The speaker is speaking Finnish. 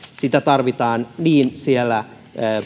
sitä tarvitaan niin siellä